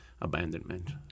abandonment